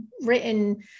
written